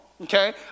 Okay